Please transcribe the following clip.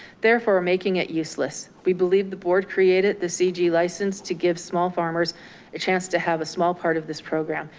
therefore making it useless. we believe the board created the cg license to give small farmers a chance to have a small part of this program.